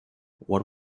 what